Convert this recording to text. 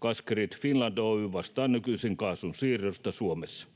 Gasgrid Finland Oy vastaa nykyisin kaasun siirrosta Suomessa.